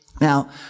now